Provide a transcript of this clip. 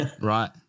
Right